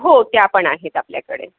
हो त्या पण आहेत आपल्याकडे